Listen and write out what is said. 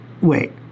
Wait